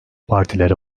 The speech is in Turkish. partileri